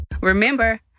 Remember